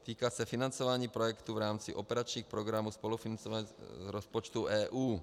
Týká se financování projektů v rámci operačních programů spolufinancovaných z rozpočtu EU.